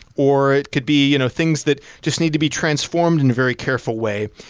or it could be you know things that just need to be transformed in a very careful way.